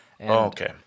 Okay